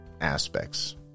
aspects